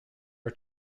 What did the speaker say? are